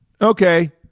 Okay